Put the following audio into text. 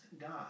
God